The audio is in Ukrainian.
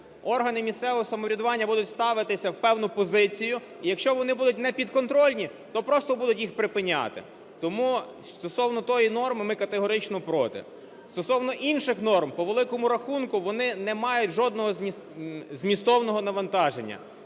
органи місцевого самоврядування будуть ставитися в певну позицію, і якщо вони будуть непідконтрольні, то просто будуть їх припиняти. Тому стосовно тої норми ми категорично проти. Стосовно інших норм. По великому рахунку, вони не мають жодного змістовного навантаження.